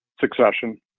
succession